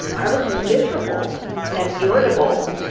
i was miserable and irritable.